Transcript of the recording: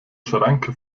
schranke